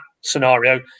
scenario